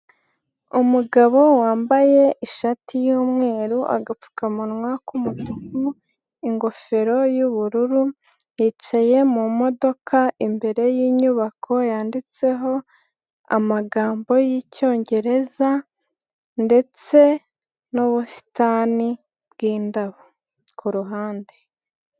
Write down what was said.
Umugabo wambaye ishati y'umweru, agapfukamunwa k'umutuku, ingofero y'ubururu, yicaye mu modoka imbere y'inyubako yanditseho amagambo y'Icyongereza ndetse n'ubusitani bw'indabo ku ruhande.